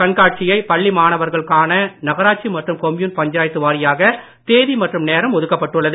கண்காட்சியை பள்ளி மாணவர்கள் காண நகராட்சி மற்றும் கொம்யூன் பஞ்சாயத்து வாரியாக தேதி மற்றும் நேரம் ஒதுக்கப்பட்டுள்ளது